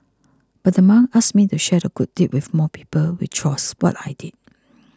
but the monk asked me to share the good deed with more people which was what I did